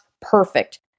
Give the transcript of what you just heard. perfect